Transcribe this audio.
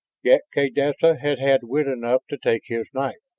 yet kaydessa had had wit enough to take his knife!